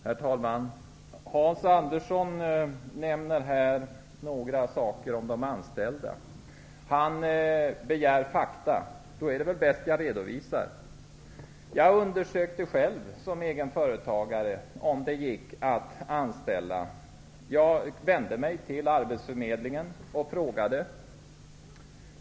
Herr talman! Hans Andersson nämner här några saker om de anställda. Han begär fakta. Det är då bäst att jag redovisar dem. Jag undersökte själv som egen företagare om det gick att anställa. Jag vände mig till arbetsförmedlingen och frågade.